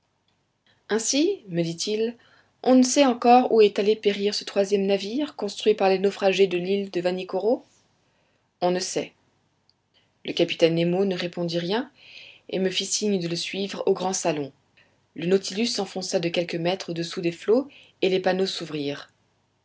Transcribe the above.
ainsi me dit-il on ne sait encore où est allé périr ce troisième navire construit par les naufragés sur l'île de vanikoro on ne sait le capitaine nemo ne répondit rien et me fit signe de le suivre au grand salon le nautilus s'enfonça de quelques mètres au-dessous des flots et les panneaux s'ouvrirent